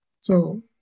So-